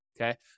Okay